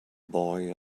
boy